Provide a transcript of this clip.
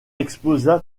explosa